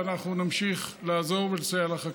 ואנחנו נמשיך לעזור ולסייע לחקלאים.